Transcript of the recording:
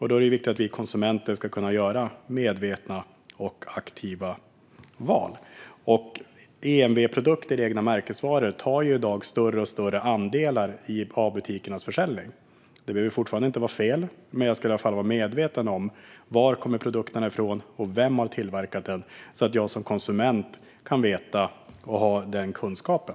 Då är det viktigt att vi konsumenter kan göra medvetna och aktiva val. EMV-produkter, det vill säga egna märkesvaror, tar i dag större och större andel av butikernas försäljning. Det behöver fortfarande inte vara fel, men man ska i varje fall kunna vara medveten om varifrån produkterna kommer och vem som har tillverkat dem så att jag som konsument kan veta och ha den kunskapen.